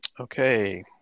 Okay